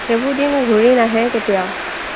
সেইবোৰ দিন ঘূৰি নাহে কেতিয়াও